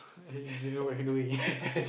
okay you don't know what you doing